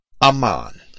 aman